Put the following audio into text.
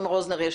תומר רוזנר,